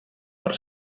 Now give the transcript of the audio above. per